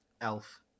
elf